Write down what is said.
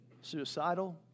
suicidal